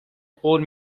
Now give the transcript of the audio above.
قول